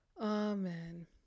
Amen